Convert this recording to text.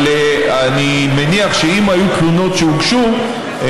אבל אני מניח שאם היו תלונות שהוגשו,